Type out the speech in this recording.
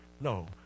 No